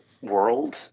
world